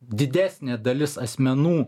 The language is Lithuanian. didesnė dalis asmenų